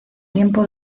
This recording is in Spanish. tiempo